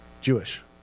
Jewish